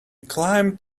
climbed